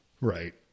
right